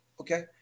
Okay